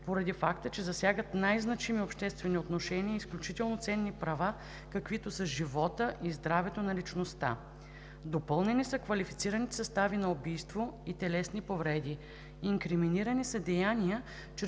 поради факта, че засягат най-значими обществени отношения, изключително ценни права, каквито са живота и здравето на личността. Допълнени са квалифицираните състави на убийство и телесни повреди. Инкриминирани са деяния,